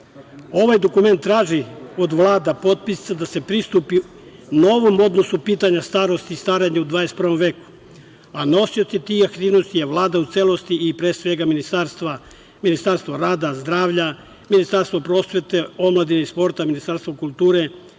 Ovaj dokument traži od vlada potpisnica da se pristupi novom odnosu pitanja starosti i starenja u 21. veku, a nosioci tih aktivnosti je Vlada u celosti i pre svega, Ministarstvo rada, zdravlja, Ministarstvo prosvete, omladine i sporta, Ministarstvo kulture,